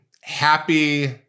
happy